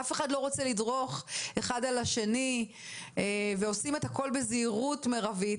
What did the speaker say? אף אחד לא רוצה לדרוך אחד על השני ועושים את הכל בזהירות מירבית,